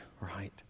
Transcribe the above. right